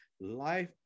life